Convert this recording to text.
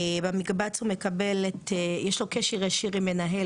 במקבץ יש לו קשר ישיר עם מנהל,